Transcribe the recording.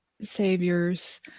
saviors